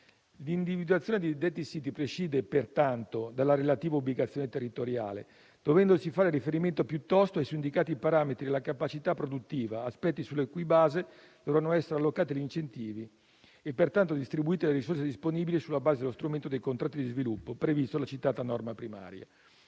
L'individuazione di detti siti prescinde, pertanto, dalla relativa ubicazione territoriale, dovendosi fare riferimento piuttosto ai suindicati parametri e alla capacità produttiva, aspetti sulla cui base dovranno essere allocati gli incentivi e pertanto distribuite le risorse disponibili sulla base dello strumento dei contratti di sviluppo, previsto dalla citata norma primaria.